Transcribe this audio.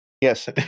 Yes